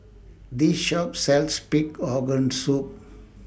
This Shop sells Pig Organ Soup